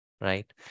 right